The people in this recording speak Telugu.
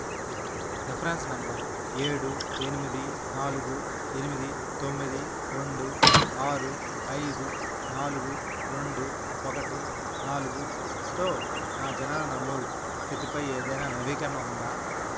రెఫ్రెన్స్ నంబర్ ఏడు ఎనిమిది నాలుగు ఎనిమిది తొమ్మిది రెండు ఆరు ఐదు నాలుగు రెండు ఒకటి నాలుగుతో నా జనన నమోదు స్థితిపై ఏదైనా నవీకరణ ఉందా